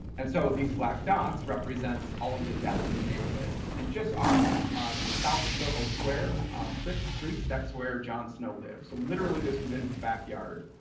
and so these black dots represents all of the deaths in the neighborhoods and just off to the south of soho squares streets. that's where jon snow live. so literally, this was in his backyard.